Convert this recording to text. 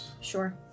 Sure